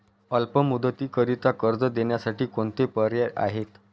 अल्प मुदतीकरीता कर्ज देण्यासाठी कोणते पर्याय आहेत?